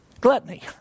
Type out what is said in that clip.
gluttony